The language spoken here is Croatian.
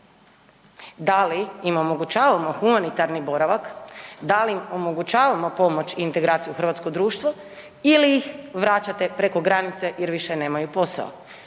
Da li im omogućavamo humanitarni boravak, da li im omogućavamo pomoć i integraciju u hrvatsko društvo ili ih vraćate preko granice jer više nemaju posao?